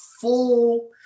full